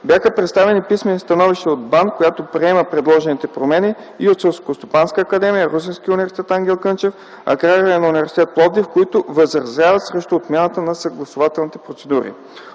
Бяха представени писмени становища от БАН, която приема предложените промени и от Селскостопанска академия, Русенския университет „Ангел Кънчев", Аграрния университет – Пловдив, които възразяват срещу отмяната на съгласувателните процедури.